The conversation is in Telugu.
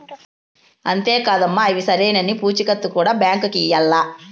అంతే కాదమ్మ, అయ్యి సరైనవేనన్న పూచీకత్తు కూడా బాంకీకి ఇయ్యాల్ల